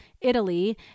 Italy